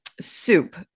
soup